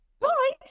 Right